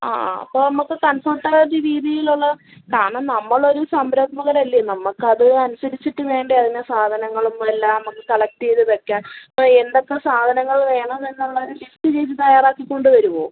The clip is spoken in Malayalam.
ആ ആ അപ്പോൾ നമുക്ക് കംഫോട്ട് ആകുന്ന രീതിയിലുള്ളകാരണം നമ്മൾ ഒരു സംരംഭകരല്ലെ നമ്മൾക്ക് അത് അനുസരിച്ചിട്ട് വേണ്ടെ അതിന് സാധനങ്ങളും എല്ലാം നമുക്ക് കളക്റ്റ് ചെയ്തു വയ്ക്കാൻ എന്തൊക്കെ സാധനങ്ങൾ വേണമെന്നുള്ള ഒരു ലിസ്റ്റ് ചേച്ചി തയാറാക്കി ക്കൊണ്ട് വരുവൊ